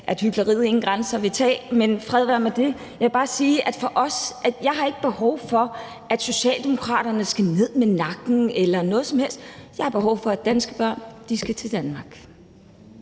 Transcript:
hykleriet ingen grænse vil tage. Men fred være med det. Jeg vil bare sige, at jeg har ikke behov for, at Socialdemokraterne skal ned med nakken, eller noget som helst. Jeg har behov for, at danske børn skal til Danmark.